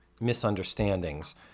misunderstandings